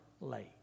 late